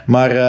Maar